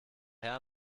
herr